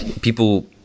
people